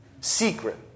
secret